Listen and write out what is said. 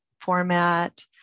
format